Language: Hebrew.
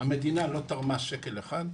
המדינה לא תרמה שקל אחד.